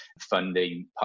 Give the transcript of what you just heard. funding